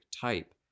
type